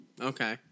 Okay